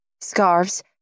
scarves